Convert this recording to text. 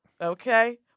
Okay